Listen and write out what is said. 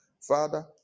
Father